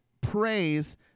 praise